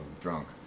drunk